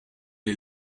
est